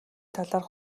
талаарх